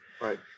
Right